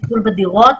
הטיפול בדירות.